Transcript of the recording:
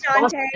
Dante